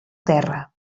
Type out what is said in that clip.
terra